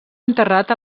enterrat